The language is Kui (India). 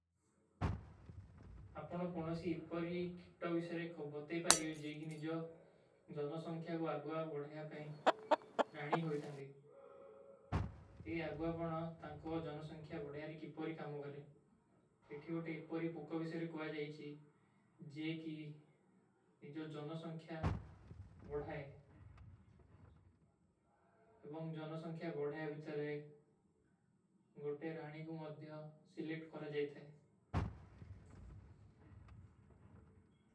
ଅପନୋଂ କୋନୋଂ ସୀ ଏପପରୀ କିତୋ ଵିସରେ କୋ ବତେ ପାରୀ ହୋଈ, ଜେକି ନିଜୋ ଜନୋ ସଂଖ୍ଯା କୋ ଆଗଵା ବଢହା ପାଈଂ ରାଣୀ ହୋଈ ଥାଂଦୀ। ଯେ ଆଗଵା ବଢହା, ତାଂକୋ ଜନୋ ସଂଖ୍ଯା ବଢହାରେ କିପରୀ କାମୋଂ କରେଂ। ଏପପରୀ କିତୋ ଵିସରେ କୋ ବତେ ପାରୀ ହୋଈ, ଜେକି ନିଜୋ ଜନୋ ସଂଖ୍ଯା କୋ ବଢହାରେ କିପରୀ କାମୋଂ କରେଂ। ଜନୋ ସଂଖ୍ଯା କୋ ବଢହାରେ କିପରୀ କାମୋଂ କରେଂ।